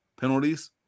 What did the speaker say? penalties